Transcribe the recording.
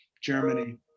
Germany